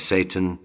Satan